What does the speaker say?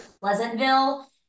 Pleasantville